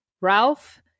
Ralph